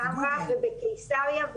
בחמרה ובקיסריה,